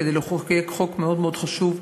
כדי לחוקק חוק מאוד מאוד חשוב,